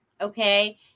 Okay